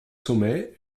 sommet